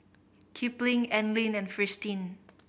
Kipling Anlene and Fristine